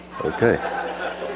Okay